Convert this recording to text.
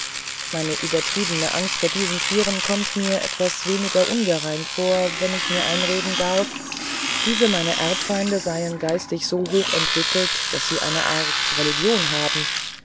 meine übertriebene angst vor diesen tieren kommt mir etwas weniger ungereimt vor wenn ich mir einreden darf diese meine erbfeinde seien geistig so hoch entwickelt daß sie eine art religion haben